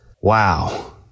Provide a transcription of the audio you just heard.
Wow